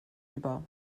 über